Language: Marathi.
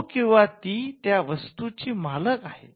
तो किंवा ती त्या वस्तूची मालक आहे